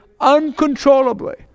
uncontrollably